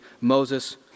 Moses